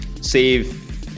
save